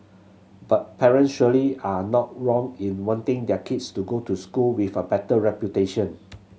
but parents surely are not wrong in wanting their kids to go to school with a better reputation